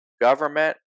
Government